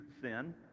sin